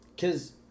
Cause